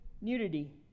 nudity